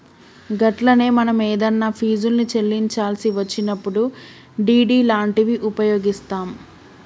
గట్లనే మనం ఏదన్నా ఫీజుల్ని చెల్లించాల్సి వచ్చినప్పుడు డి.డి లాంటివి ఉపయోగిస్తాం